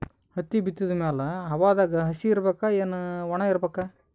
ಹತ್ತಿ ಬಿತ್ತದ ಮ್ಯಾಲ ಹವಾದಾಗ ಹಸಿ ಇರಬೇಕಾ, ಏನ್ ಒಣಇರಬೇಕ?